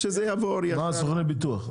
סוכני הביטוח,